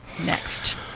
next